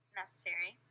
necessary